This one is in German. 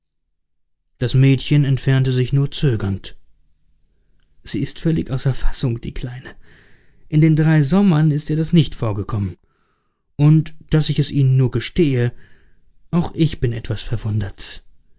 das mädchen entfernte sich nur zögernd sie ist völlig außer fassung die kleine in den drei sommern ist ihr das nicht vorgekommen und daß ich es ihnen nur gestehe auch ich bin etwas verwundert